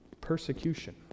Persecution